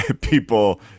people